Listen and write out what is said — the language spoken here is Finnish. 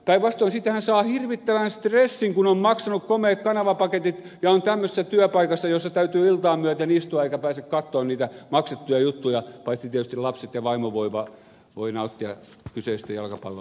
päinvastoin siitähän saa hirvittävän stressin kun on maksanut komeat kanavapaketit ja on tämmöisessä työpaikassa jossa täytyy iltaa myöten istua eikä pääse katsomaan niitä maksettuja juttuja paitsi tietysti lapset ja vaimo voivat nauttia kyseisistä jalkopallo otteluista